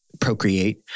procreate